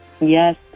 Yes